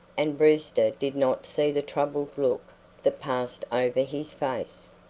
and brewster did not see the troubled look that passed over his face.